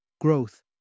growth